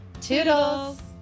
toodles